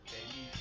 Baby